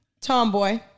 tomboy